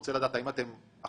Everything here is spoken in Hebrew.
רוצה לדעת אם אתם אכן